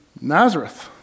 Nazareth